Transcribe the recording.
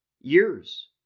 years